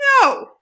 no